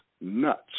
nuts